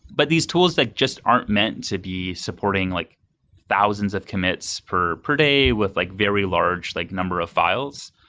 but these tools that just aren't meant to be supporting like thousands of commits per per day with like very large like number of files.